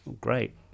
Great